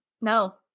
No